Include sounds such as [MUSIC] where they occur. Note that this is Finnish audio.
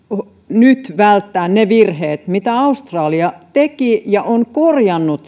nyt välttää ne virheet mitä australia teki ja joita se on korjannut [UNINTELLIGIBLE]